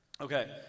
Okay